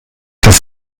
dass